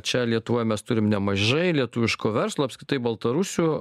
čia lietuvoj mes turim nemažai lietuviško verslo apskritai baltarusių